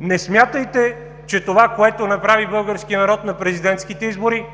Не смятайте, че това, което направи българският народ на президентските избори,